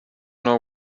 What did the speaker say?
know